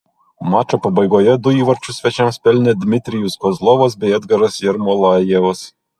mačo pabaigoje du įvarčius svečiams pelnė dmitrijus kozlovas bei edgaras jermolajevas